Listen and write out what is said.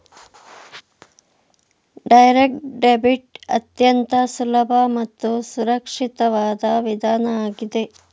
direct debit ಅತ್ಯಂತ ಸುಲಭ ಮತ್ತು ಸುರಕ್ಷಿತವಾದ ವಿಧಾನ ಆಗಿದೆ